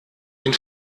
den